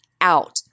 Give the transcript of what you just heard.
out